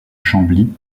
chambly